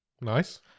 Nice